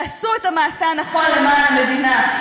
ואני מבקשת מכם: תעשו את המעשה הנכון למען המדינה,